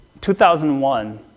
2001